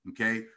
Okay